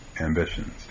ambitions